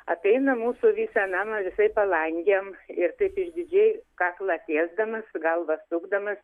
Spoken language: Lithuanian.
apeina mūsų visą namą visaip palangėm ir taip išdidžiai kaklą tiesdamas galvą sukdamas